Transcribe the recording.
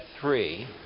three